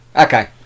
Okay